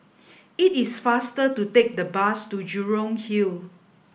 it is faster to take the bus to Jurong Hill